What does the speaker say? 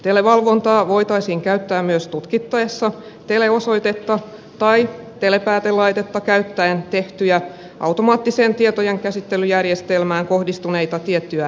televalvontaa voitaisiin käyttää myös tutkittaessa tiettyjä teleosoitetta tai telepäätelaitetta käyttäen tehtyjä automaat tiseen tietojenkäsittelyjärjestelmään kohdistuneita rikoksia